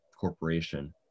corporation